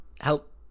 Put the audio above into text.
help